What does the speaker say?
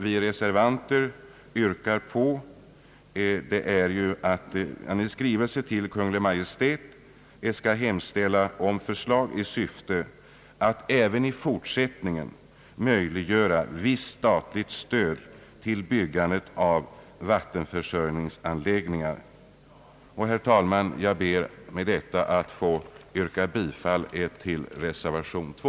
Vi reservanter yrkar att man i skrivelse till Kungl. Maj:t skall hemställa om förslag i syfte att även i fortsättningen möjliggöra visst statligt stöd till byggandet av vattenförsörjningsanläggningar, och jag ber, herrr talman, att med det anförda få yrka bifall till reservation 2.